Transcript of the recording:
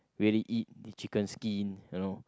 really eat the chicken skin you know